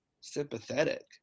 sympathetic